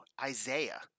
Isaiah